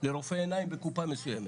לרופא עיניים בקופה מסוימת.